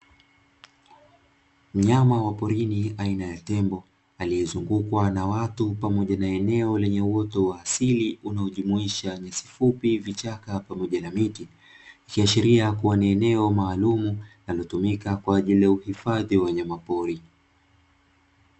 Mnyama wa porini aina ya tembo, aliyezungukwa na watu pamoja na eneo lenye uoto wa asili unaojumuisha nyasi fupi vichaka pamoja na miti, ikiashiria kuwa ni eneo maalumu linalotumika kwa ajili uhifadhi wa wanyama pori.